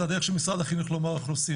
זה הדרך של משרד החינוך לומר אוכלוסייה.